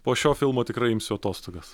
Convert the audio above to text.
po šio filmo tikrai imsiu atostogas